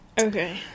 okay